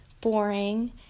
boring